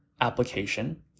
application